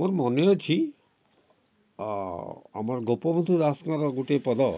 ମୋର ମନେ ଅଛି ଆମର ଗୋପବନ୍ଧୁ ଦାସଙ୍କର ଗୋଟିଏ ପଦ